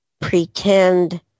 pretend